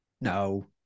No